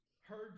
heard